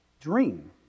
dream